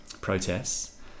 protests